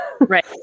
Right